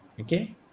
Okay